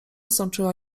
sączyła